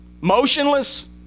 motionless